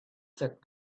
sat